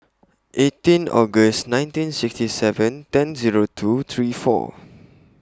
eighteen August nineteen sixty seven ten Zero two three four